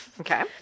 Okay